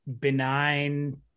benign